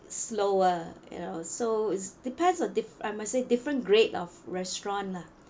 slower you know so it's depends on diff~ I must say different grade of restaurant lah